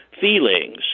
feelings